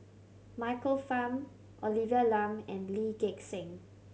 Michael Fam Olivia Lum and Lee Gek Seng